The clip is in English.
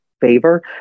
favor